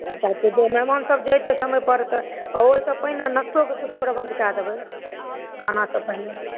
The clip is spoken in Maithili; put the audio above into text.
अच्छा मेहमानसभ जे एतै जे समयपर तऽ ओहिसँ पहिने नस्तोके किछु प्रबन्ध कऽ देबै खानासँ पहिने